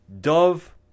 Dove